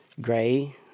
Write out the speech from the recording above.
gray